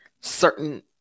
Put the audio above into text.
certain